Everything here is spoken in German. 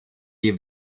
die